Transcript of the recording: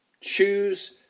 choose